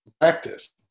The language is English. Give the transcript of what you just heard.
practice